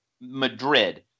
Madrid